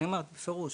אני אומרת בפירוש,